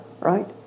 right